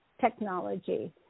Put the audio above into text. technology